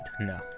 no